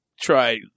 Try